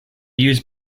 used